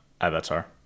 avatar